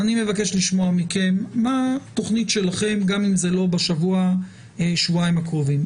אני מבקש לשמוע מכם מה התכנית שלכם גם אם היא לא בשבוע שבועיים הקרובים.